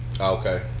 Okay